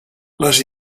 les